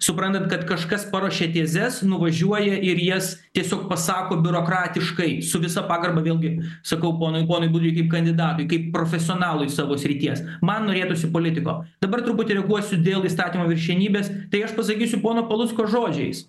suprantant kad kažkas paruošė tezes nuvažiuoja ir jas tiesiog pasako biurokratiškai su visa pagarba vėlgi sakau ponui ponui budriui kaip kandidatui kaip profesionalui savo srities man norėtųsi politiko dabar truputį reaguosiu dėl įstatymo viršenybės tai aš pasakysiu pono palucko žodžiais